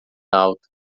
alta